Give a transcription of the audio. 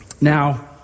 Now